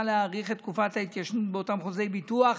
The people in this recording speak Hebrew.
להאריך את תקופת ההתיישנות באותם חוזי ביטוח